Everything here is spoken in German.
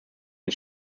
den